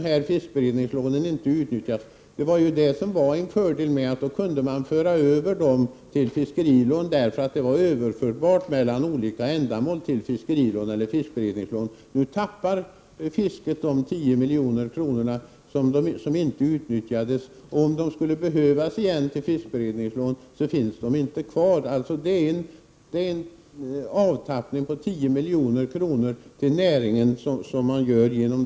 Att fiskberedningslånen inte utnyttjades var ju bara till fördel, för då kunde man föra över dessa pengar till fiskerilån eller fiskberedningslån, eftersom medlen var överförbara till olika ändamål. Nu går fisket miste om de 10 milj.kr. som inte utnyttjades. Om de skulle behövas igen till fiskberedningslån, finns de inte längre kvar. Det rör sig om en avtappning på Prot. 1988/89:95 10 milj.kr. för näringen som blir följden av detta beslut.